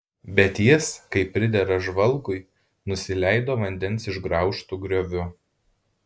bet jis kaip pridera žvalgui nusileido vandens išgraužtu grioviu